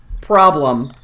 problem